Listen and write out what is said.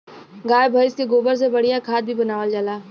गाय भइस के गोबर से बढ़िया खाद भी बनावल जाला